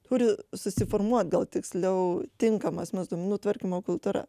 turi susiformuot gal tiksliau tinkama asmens duomenų tvarkymo kultūra